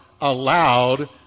allowed